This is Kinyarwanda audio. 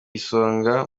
isonga